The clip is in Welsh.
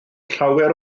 llawer